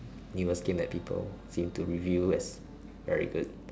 newest game that people seem to review as very good